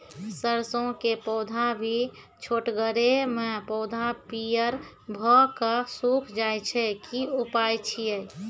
सरसों के पौधा भी छोटगरे मे पौधा पीयर भो कऽ सूख जाय छै, की उपाय छियै?